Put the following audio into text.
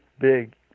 big